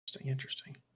Interesting